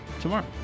tomorrow